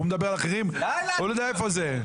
הוא מדבר על אחרים, הוא לא יודע איפה זה.